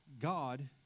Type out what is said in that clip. God